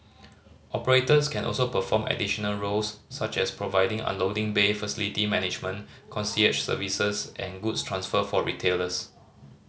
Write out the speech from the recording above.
operators can also perform additional roles such as providing unloading bay facility management concierge services and goods transfer for retailers